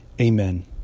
Amen